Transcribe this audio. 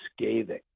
scathing